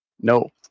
No